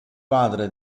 padre